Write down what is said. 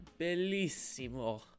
Bellissimo